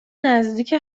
نزدیک